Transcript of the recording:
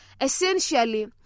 Essentially